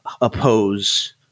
oppose